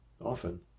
Often